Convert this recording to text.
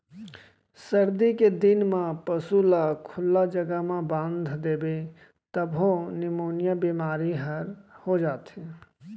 सरदी के दिन म पसू ल खुल्ला जघा म बांध देबे तभो निमोनिया बेमारी हर हो जाथे